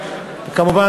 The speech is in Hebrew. וכמובן,